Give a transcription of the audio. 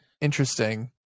interesting